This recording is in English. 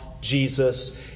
Jesus